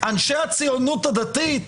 אנשי הציונות הדתית,